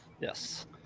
Yes